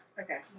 Okay